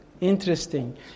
Interesting